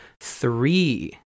three